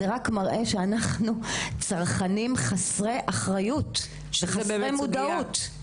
אנחנו צרכנים חסרי אחריות וחסרי מודעות.